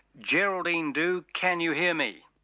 geraldine doogue can you hear me?